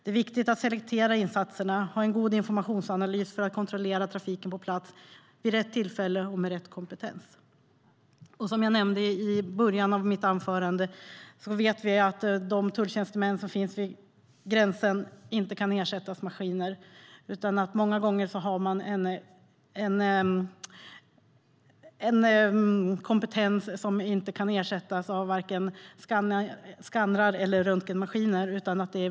Det är viktigt att selektera insatserna och ha god informationsanalys för att kontrollera trafiken på plats vid rätt tillfälle och med rätt kompetens. Som jag nämnde i början av mitt anförande vet vi att de tulltjänstemän som finns vid gränserna inte kan ersättas av maskiner. Många gånger har de en kompetens som inte kan ersättas av varken skannrar eller röntgenmaskiner.